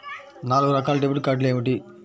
నాలుగు రకాల డెబిట్ కార్డులు ఏమిటి?